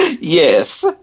Yes